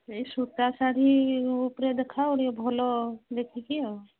ସେଇ ସୁତା ଶାଢ଼ୀ ଉପରେ ଦେଖାଅ ଟିକିଏ ଭଲ ଦେଖିକି ଆଉ